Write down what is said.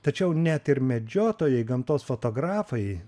tačiau net ir medžiotojai gamtos fotografai